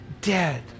dead